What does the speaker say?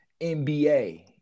NBA